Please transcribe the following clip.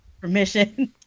permission